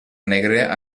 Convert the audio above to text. negre